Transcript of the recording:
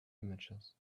images